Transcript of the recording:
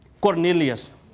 Cornelius